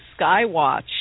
skywatch